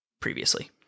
previously